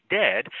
dead